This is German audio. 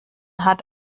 hat